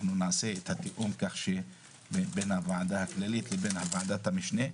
אנחנו נעשה את התיקון כך שבין הוועדה הכללית לבין ועדת המשנה.